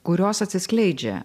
kurios atsiskleidžia